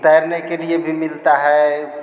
तैरने के लिए भी मिलता है